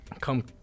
come